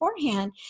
beforehand